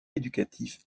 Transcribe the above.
éducatif